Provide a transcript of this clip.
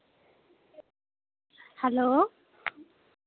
hello